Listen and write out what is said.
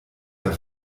der